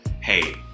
hey